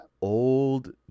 old